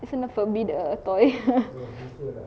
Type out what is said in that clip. as in apa be the toy